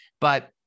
but-